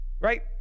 right